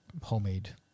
homemade